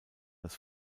das